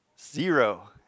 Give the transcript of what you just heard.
Zero